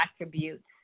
attributes